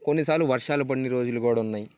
కొన్నిసార్లు వర్షాలు పడిన రోజులు కూడా ఉన్నాయి